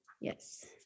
Yes